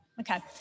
Okay